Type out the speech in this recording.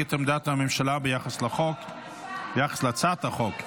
את עמדת הממשלה ביחד על הצעת החוק.